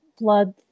blood